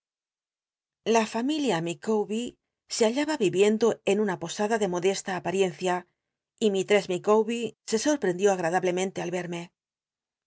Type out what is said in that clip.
la fami lia ilicawber se hallaba y posada de modesta apariencia y mistress micavber se sorprendió agradablemente al verme